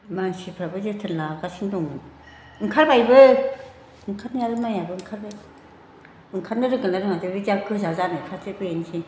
मानसिफ्राबो जोथोन लागासिनो दं ओंखारबायबो ओंखारनायालाय माइयाबो ओंखारबाय ओंखारनो रोंगोन ना रोङा बै गोजा जानायफ्रासो बेनोसै